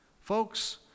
Folks